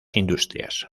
industrias